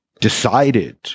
decided